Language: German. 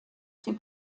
dem